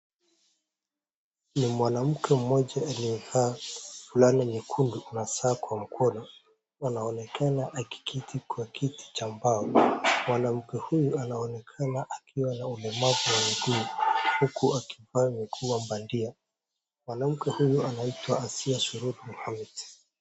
Ni mwanamke mmoja aliyevaa fulana nyekundu na saa kwa mkono, anaonekana akiketi kwa kiti cha mbao. Mwanamke huyu anaonekana akiwa na ulemavu wa miguu, huku akivaa miguu ya bandia. Mwanamke huyu anaitwa Asiya Sururu Mohammed.